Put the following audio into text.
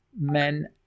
men